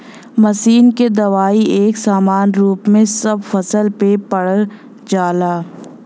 machine से दवाई एक समान रूप में सब फसल पे पड़ जाला